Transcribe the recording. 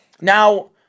Now